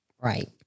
Right